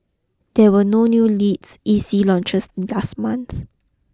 there were no new lilts E C launches last month